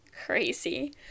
crazy